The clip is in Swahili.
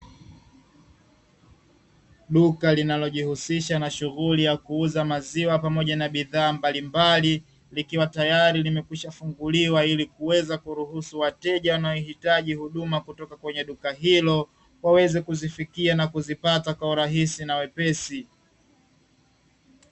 Duka linalojihusisha na shughuli ya kuuza maziwa pamoja na bidhaa mbalimbali, likiwa tayari limekwishafunguliwa ili kuweza kuruhusu wateja wanaohitaji huduma kutoka kwenye duka hilo, waweze kuzifikia na kuzipata kwa urahisi na wepesi.